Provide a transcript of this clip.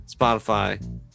Spotify